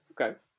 Okay